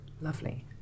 Lovely